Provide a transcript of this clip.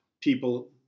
people